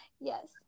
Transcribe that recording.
Yes